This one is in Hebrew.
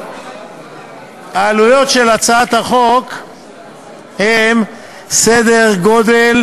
העלויות של הצעת החוק הן בסדר גודל